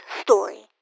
Story